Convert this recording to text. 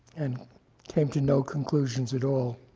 and came to no conclusions at all.